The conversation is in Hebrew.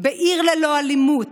בעיר ללא אלימות,